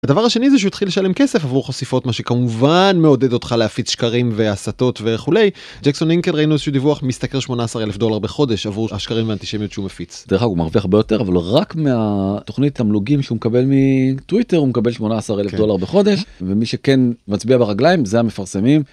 הדבר השני זה שהוא התחיל לשלם כסף עבור חשיפות מה שכמובן מעודד אותך להפיץ שקרים והסטות וכולי ג'קסון הינקל ראינו איזה שהוא דיווח משתכר 18 אלף דולר בחודש עבור השקרים והאנטישמיות שהוא מפיץ. דרך אגב הוא מרוויח הרבה יותר אבל רק מהתוכנית תמלוגים שהוא מקבל מטוויטר הוא מקבל 18 אלף דולר בחודש ומי שכן מצביע ברגליים זה המפרסמים.